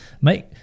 Make